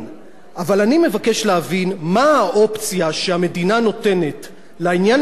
אבל אני מבקש להבין מה האופציה שהמדינה נותנת לעניין הבסיסי של